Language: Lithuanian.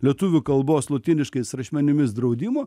lietuvių kalbos lotyniškais rašmenimis draudimo